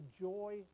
joy